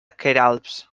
queralbs